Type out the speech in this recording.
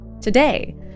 today